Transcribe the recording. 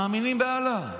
מאמינים באללה.